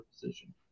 position